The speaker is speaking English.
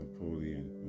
Napoleon